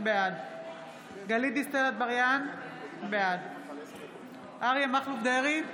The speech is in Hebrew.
בעד גלית דיסטל אטבריאן, בעד אריה מכלוף דרעי,